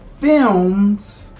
films